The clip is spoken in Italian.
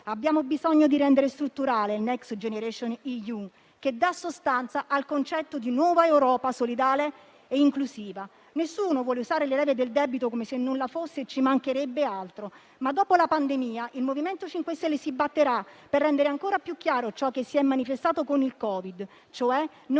Abbiamo bisogno di rendere strutturale il Next generation EU, che dà sostanza al concetto di nuova Europa solidale e inclusiva. Nessuno vuole usare le leve del debito come se nulla fosse, e ci mancherebbe altro, ma dopo la pandemia il MoVimento 5 Stelle si batterà per rendere ancora più chiaro ciò che si è manifestato con il Covid, cioè